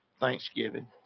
Thanksgiving